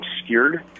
obscured